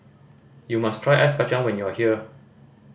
you must try ice kacang when you are here